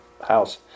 house